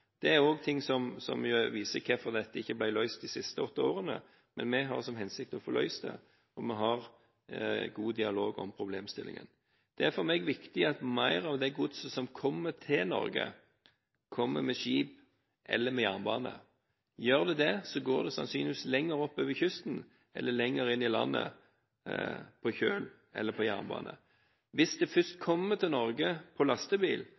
er også ting som viser hvorfor dette ikke ble løst de siste åtte årene, men vi har til hensikt å få løst det, og vi har god dialog om problemstillingen. Det er for meg viktig at mer av det godset som kommer til Norge, kommer med skip eller med jernbane, for når det gjør det, så går det sannsynligvis lenger oppover kysten eller lenger inn i landet på kjøl eller på jernbane. Hvis det først kommer til Norge på lastebil,